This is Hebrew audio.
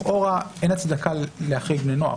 אם הרציונל הוא הזכות להצביע אז לכאורה אין הצדקה להחריג בני נוער.